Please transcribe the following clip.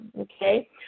Okay